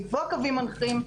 לקבוע קווים מנחים.